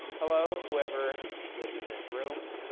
hello, whoever lives in this room,